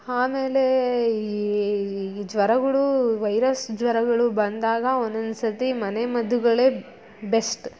ಆಮೇಲೆ ಈ ಈ ಜ್ವರಗಳು ವೈರಸ್ ಜ್ವರಗಳು ಬಂದಾಗ ಒಂದೊಂದು ಸರತಿ ಮನೆ ಮದ್ದುಗಳೇ ಬೆಸ್ಟ್